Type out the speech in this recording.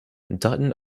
dutton